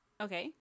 Okay